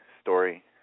story